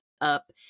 up